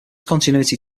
continuity